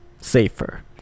Safer